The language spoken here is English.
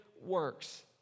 works